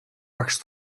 багш